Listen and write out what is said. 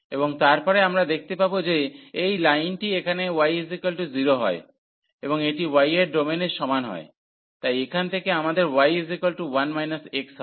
এবং তারপরে আমরা দেখতে পাব যে এই লাইনটি এখানে y 0 হয় এবং এটি y এর ডোমেনের সমান হয় তাই এখান থেকে আমাদের y 1 x হবে